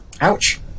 Ouch